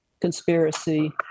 conspiracy